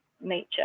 nature